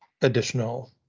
additional